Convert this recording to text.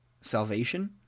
salvation